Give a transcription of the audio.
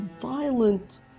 violent